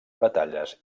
batalles